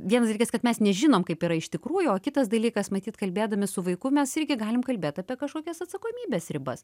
vienas dalykas kad mes nežinom kaip yra iš tikrųjų o kitas dalykas matyt kalbėdami su vaiku mes irgi galim kalbėt apie kažkokias atsakomybės ribas